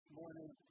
morning